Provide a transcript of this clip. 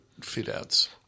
fit-outs